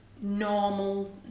normal